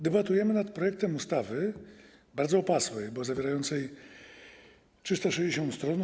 Debatujemy nad projektem ustawy bardzo opasłej, bo zawierającej 360 stron.